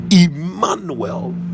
emmanuel